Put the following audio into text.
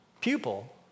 pupil